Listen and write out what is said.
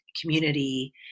community